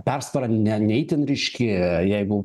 persvara ne ne itin ryški jeigu